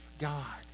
God